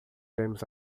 iremos